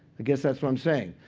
i guess that's what i'm saying.